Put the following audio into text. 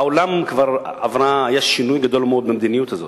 בעולם כבר היה שינוי גדול מאוד במדיניות הזאת.